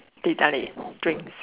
teh-tarik drinks